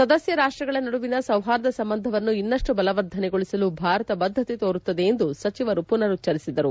ಸದಸ್ಯ ರಾಷ್ಟಗಳ ನಡುವಿನ ಸೌಹಾರ್ದ ಸಂಬಂಧವನ್ನು ಇನ್ನಷ್ಟು ಬಲವರ್ಧನೆಗೊಳಿಸಲು ಭಾರತ ಬದ್ಧತೆ ತೋರುತ್ತದೆ ಎಂದು ಸಚಿವರು ಪುನರುಚ್ಚರಿಸಿದರು